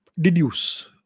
deduce